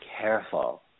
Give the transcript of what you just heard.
careful